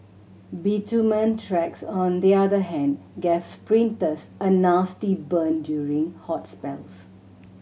bitumen tracks on the other hand gave sprinters a nasty burn during hot spells